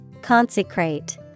consecrate